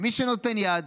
מי שנותן יד